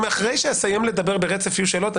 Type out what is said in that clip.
אם אחרי שאסיים לדבר ברצף יהיו שאלות,